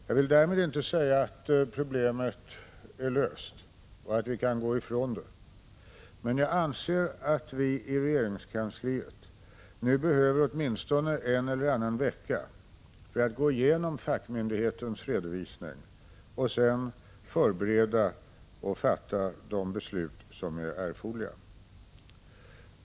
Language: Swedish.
Jag vill därmed inte säga att problemet är löst och att vi kan gå ifrån det, men jag anser att vi i regeringskansliet nu behöver åtminstone en eller annan vecka för att gå igenom fackmyndighetens redovisning och sedan förbereda och fatta de beslut som är erforderliga.